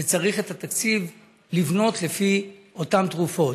ואת התקציב צריך לבנות לפי אותן תרופות.